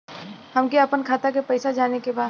हमके आपन खाता के पैसा जाने के बा